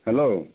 hello